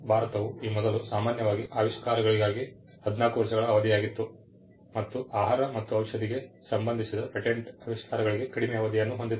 ಭಾರತವು ಈ ಮೊದಲು ಸಾಮಾನ್ಯವಾಗಿ ಆವಿಷ್ಕಾರಗಳಿಗಾಗಿ 14 ವರ್ಷಗಳ ಅವಧಿಯಾಗಿತ್ತು ಮತ್ತು ಆಹಾರ ಮತ್ತು ಔಷಧಿಗೆ ಸಂಬಂಧಿಸಿದ ಪೇಟೆಂಟ್ ಆವಿಷ್ಕಾರಗಳಿಗೆ ಕಡಿಮೆ ಅವಧಿಯನ್ನು ಹೊಂದಿತ್ತು